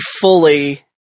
fully